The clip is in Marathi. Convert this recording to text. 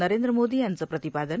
नरेंद्र मोदी यांचं प्रतिपादन